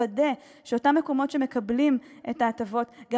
לוודא שאותם מקומות שמקבלים את ההטבות גם